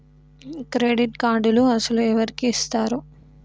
Credit కార్డులు అసలు ఎవరికి ఇస్తారు?